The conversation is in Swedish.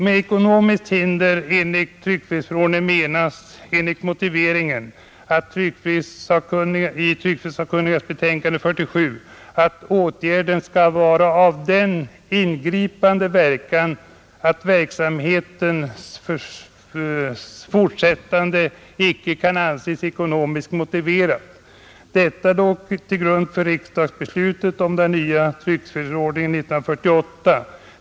Med ekonomiskt hinder enligt tryckfrihetsförordningen menas enligt motiveringen i tryckfrihetssakkunnigas betänkande 1947 att åtgärden skall vara av ”den ingripande verkan att verksamhetens fortsättande icke kan anses ekonomiskt motiverat”. Detta låg till grund för riksdagsbeslutet om den nya tryckfrihetsförordningen 1948.